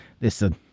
listen